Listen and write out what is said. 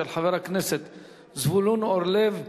של חבר הכנסת זבולון אורלב.